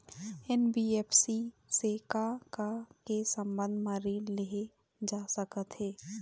NBFC से का का के संबंध म ऋण लेहे जा सकत हे?